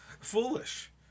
foolish